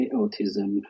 autism